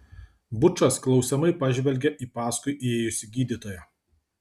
bučas klausiamai pažvelgė į paskui įėjusį gydytoją